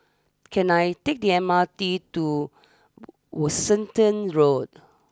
can I take the M R T to Worcester Road